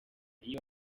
iyo